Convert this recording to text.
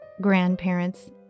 grandparents